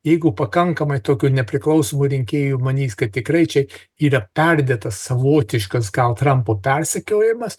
jeigu pakankamai tokių nepriklausomų rinkėjų manys kad tikrai čia yra perdėtas savotiškas gal trampo persekiojimas